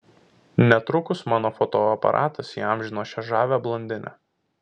netrukus mano fotoaparatas įamžino šią žavią blondinę